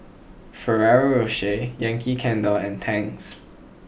Ferrero Rocher Yankee Candle and Tangs